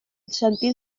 sentir